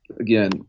again